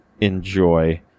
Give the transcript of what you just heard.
enjoy